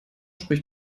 spricht